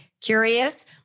curious